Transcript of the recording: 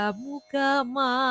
mukama